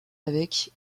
avec